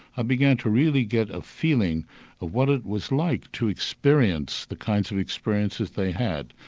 i began to really get a feeling of what it was like to experience the kinds of experiences they had,